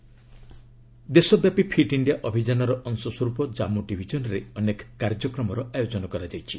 fit India Jammu ଦେଶବ୍ୟାପୀ fit India ଅଭିଯାନର ଅଂଶସ୍ୱରୂପ ଜମ୍ମୁ ଡିଭିଜନ୍ରେ ଅନେକ କାର୍ଯ୍ୟକ୍ରମର ଆୟୋଜନ କରାଯାଇଛି